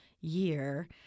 year